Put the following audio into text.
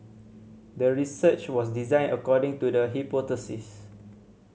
the research was designed according to the hypothesis